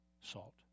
salt